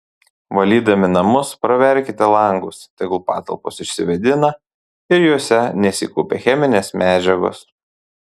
valydami namus praverkite langus tegul patalpos išsivėdina ir jose nesikaupia cheminės medžiagos